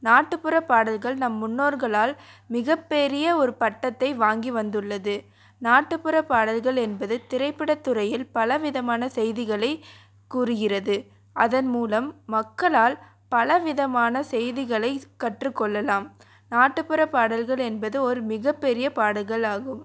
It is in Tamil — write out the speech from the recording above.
நாட்டுப்புற பாடல்கள் நம் முன்னோர்களால் மிக பெரிய ஒரு பட்டத்தை வாங்கி வந்துள்ளது நாட்டுப்புற பாடல்கள் என்பது திரைப்படத்துறையில் பலவிதமான செய்திகளை கூறுகிறது அதன் மூலம் மக்களால் பலவிதமான செய்திகளை கற்றுக்கொள்ளலாம் நாட்டுப்புற பாடல்கள் என்பது ஒரு மிகப்பெரிய பாடல்கள் ஆகும்